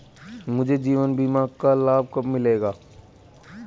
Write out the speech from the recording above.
मुझे जीवन बीमा का लाभ कब मिलेगा?